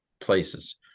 places